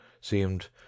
seemed